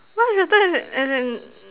much better as in as in